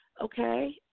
okay